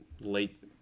late